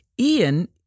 Ian